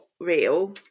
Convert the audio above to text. real